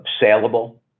saleable